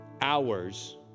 hours